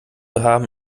haben